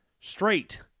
straight